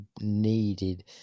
needed